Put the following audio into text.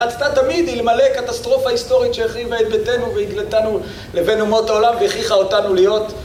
... תמיד, אלמלא הקטסטרופה ההיסטורית שהחריבה את ביתנו והגלתנו לבין אומות העולם והכריחה אותנו להיות